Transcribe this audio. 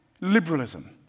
liberalism